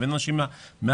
הבאנו אנשים מהאקדמיה,